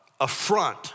affront